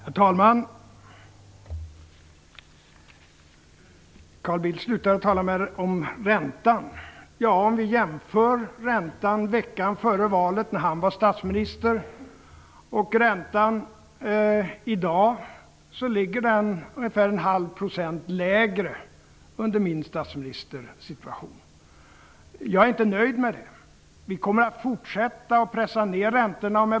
Herr talman! Carl Bildt avslutade med att tala om räntan. Ja, om vi jämför räntan veckan före valet när han var statsminister och räntan i dag, ligger den ca 0,5 % lägre under min statsministertid. Jag är inte nöjd med det. Vi kommer att fortsätta att pressa ner räntorna.